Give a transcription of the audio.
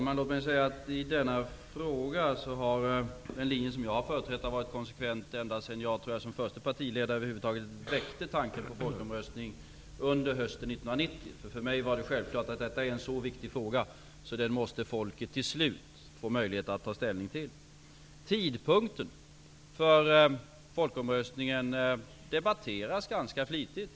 Fru talman! I denna fråga har den linje som jag företrätt varit konsekvent ända sedan jag, tror jag, som den förste partiledaren över huvud taget väckte tanken på en folkomröstning. Det var under hösten 1990. För mig har det varit självklart att detta är en så viktig fråga att folket till slut måste få möjlighet att ta ställning till den. Tidpunkten för folkomröstningen debatteras ganska flitigt.